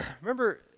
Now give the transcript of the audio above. remember